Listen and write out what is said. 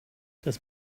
das